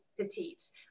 Petites